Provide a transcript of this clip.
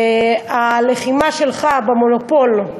הלחימה שלך במונופול,